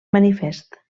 manifest